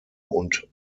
und